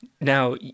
Now